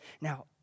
Now